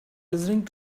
listening